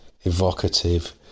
evocative